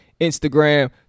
Instagram